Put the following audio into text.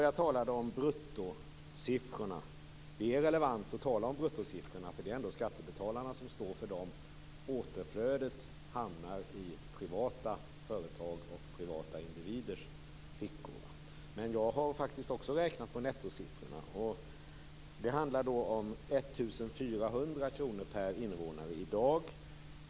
Jag talade om bruttosiffrorna, och det är relevant att tala om dem. Det är ju ändå skattebetalarna som står för dem. Återflödet hamnar i privata företag och i privata individers fickor. Men jag har faktiskt också räknat på nettosiffrorna. Det handlar då om 1 400 kr per invånare i dag.